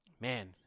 man